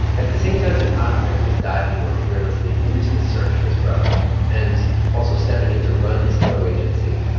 at the same time that ahmed was diving more fearlessly into the search for his brother and also stepping into run his photo agency,